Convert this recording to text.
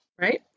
right